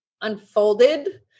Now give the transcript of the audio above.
unfolded